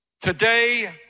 Today